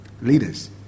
leaders